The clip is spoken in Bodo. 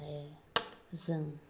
आरो जों